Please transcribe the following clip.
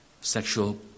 Sexual